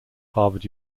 harvard